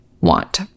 want